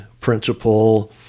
principle